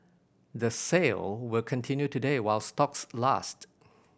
the sale will continue today while stocks last